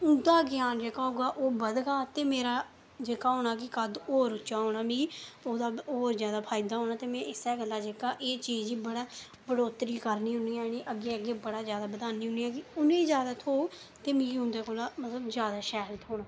ते उं'दा ज्ञान जेह्का होगा ओह् बधगा ते मेरा जेह्का होना के कद्द होर उच्चा होना मिगी ओह्दा होर जैदा फायदा होना ते में इस्सा गल्ला जेह्का एह् चीज बड़ा बढ़ौत्तरी करनी होन्नी आं एह् अग्गें अग्गें बड़ा जैदा बधानी होन्नी आं कि उ'नें गी जैदा थ्होग ते मिगी उं'दे कोला मतलब जैदा शैल थ्होना